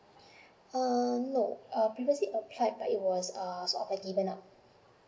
err no uh previously applied but it was err sort of like given up